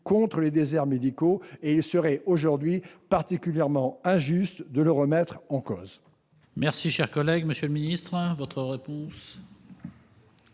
contre les déserts médicaux. Il serait aujourd'hui particulièrement injuste de la remettre en cause.